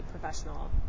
professional